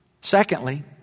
Secondly